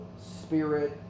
Spirit